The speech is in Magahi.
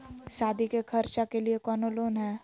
सादी के खर्चा के लिए कौनो लोन है?